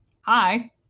Hi